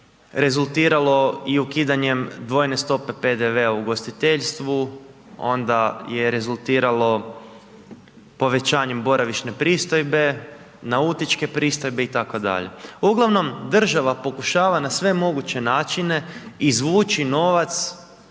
rezultiralo i ukidanjem dvojne stope PDV-a u ugostiteljstvu, onda je rezultiralo povećanjem boravišne pristojbe, nautičke pristojbe itd. Uglavnom, država pokušava na sve moguće načine izvući novac